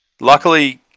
Luckily